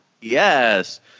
Yes